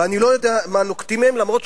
ואני לא יודע מה נוקטים לגביהם,